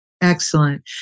Excellent